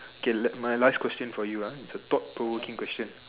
okay let my last question for you ah it's a thought provoking question